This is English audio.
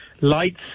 lights